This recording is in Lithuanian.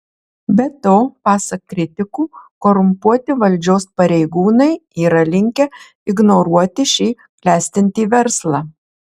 be to pasak kritikų korumpuoti valdžios pareigūnai yra linkę ignoruoti šį klestintį verslą